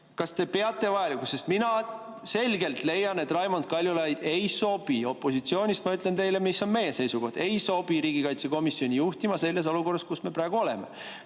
Kaljulaidi endaga? Sest mina selgelt leian, et Raimond Kaljulaid ei sobi – opositsioonist ma ütlen teile, mis on meie seisukoht –, riigikaitsekomisjoni juhtima selles olukorras, kus me praegu oleme.